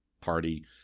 party